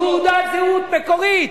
תעודת זהות מקורית.